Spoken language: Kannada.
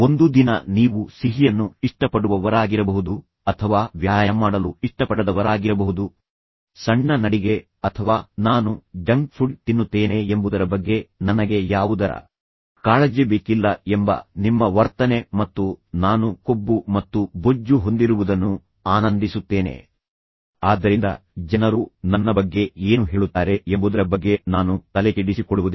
ಒಂದು ದಿನ ನೀವು ಸಿಹಿಯನ್ನು ಇಷ್ಟಪಡುವವರಾಗಿರಬಹುದು ಅಥವಾ ವ್ಯಾಯಾಮ ಮಾಡಲು ಇಷ್ಟಪಡದವರಾಗಿರಬಹುದು ಸಣ್ಣ ನಡಿಗೆ ಅಥವಾ ನಾನು ಜಂಕ್ ಫುಡ್ ತಿನ್ನುತ್ತೇನೆ ಎಂಬುದರ ಬಗ್ಗೆ ನನಗೆ ಯಾವುದರ ಕಾಳಜಿ ಬೇಕಿಲ್ಲ ಎಂಬ ನಿಮ್ಮ ವರ್ತನೆ ಮತ್ತು ನಂತರ ನಾನು ಕೊಬ್ಬು ಮತ್ತು ಬೊಜ್ಜು ಹೊಂದಿರುವುದನ್ನು ಆನಂದಿಸುತ್ತೇನೆ ಆದ್ದರಿಂದ ಜನರು ನನ್ನ ಬಗ್ಗೆ ಏನು ಹೇಳುತ್ತಾರೆ ಎಂಬುದರ ಬಗ್ಗೆ ನಾನು ತಲೆಕೆಡಿಸಿಕೊಳ್ಳುವುದಿಲ್ಲ